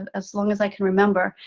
ah as long as i can remember.